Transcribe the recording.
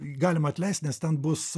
galima atleist nes ten bus